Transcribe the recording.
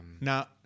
Now